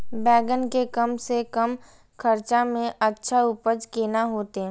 बेंगन के कम से कम खर्चा में अच्छा उपज केना होते?